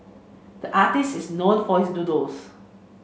the artist is known for his doodles